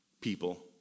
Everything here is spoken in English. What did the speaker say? people